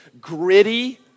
gritty